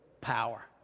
power